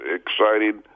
exciting